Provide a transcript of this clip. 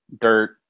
dirt